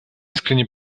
искренне